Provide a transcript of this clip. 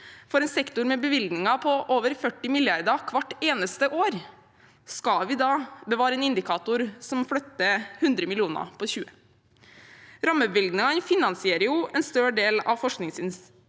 for en sektor med bevilgninger på over 40 mrd. kr hvert eneste år, skal vi da bevare en indikator som flytter 100 mill. kr på 20? Rammebevilgningene finansierer en større del av forskningsutgiftene